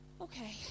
okay